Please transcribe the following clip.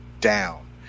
down